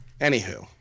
anywho